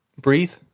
Breathe